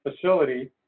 facility